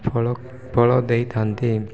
ଫଳ ଫଳ ଦେଇଥାନ୍ତି